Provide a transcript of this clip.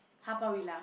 Haw-Par-Villa